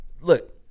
Look